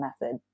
method